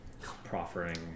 proffering